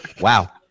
wow